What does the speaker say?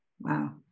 Wow